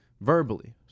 verbally